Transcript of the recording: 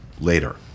later